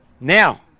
Now